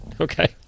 Okay